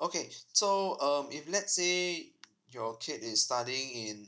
okay so um if let's say your kid is studying in